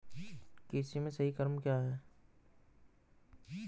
कृषि में सही क्रम क्या है?